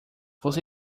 você